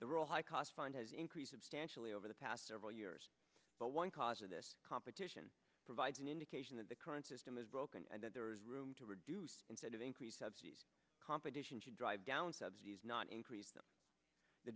the real high cost fund as increase substantially over the past several years but one cause of this competition provides an indication that the current system is broken and that there is room to reduce increase subsidies competition to drive down subsidies not increase the